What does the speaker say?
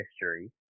history